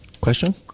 question